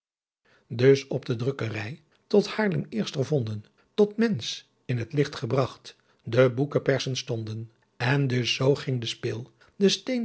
dus op de druckery tot haerlem eerst gevonden tot mentz in t licht ghebragt de boeke persen stonden en dus soo ging de spil de